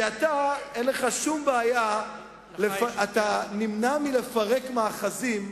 כי אתה אין לך שום בעיה, אתה נמנע מלפרק מאחזים,